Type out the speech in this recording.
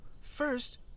first